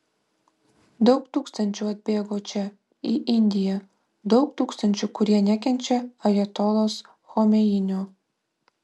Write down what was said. daug tūkstančių atbėgo čia į indiją daug tūkstančių kurie nekenčia ajatolos chomeinio